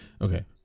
Okay